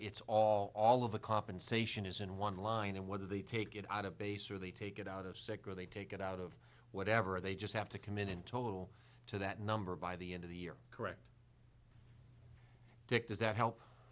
it's all of the compensation is in one line and whether they take it out of base or they take it out of sick or they take it out of whatever they just have to commit in total to that number by the end of the year correct dick does that help